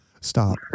Stop